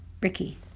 Ricky